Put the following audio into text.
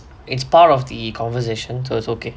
it's part of the conversation so it's okay